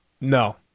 No